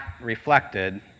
reflected